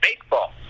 baseball